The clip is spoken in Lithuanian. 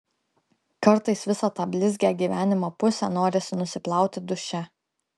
kartais visą tą blizgią gyvenimo pusę norisi nusiplauti duše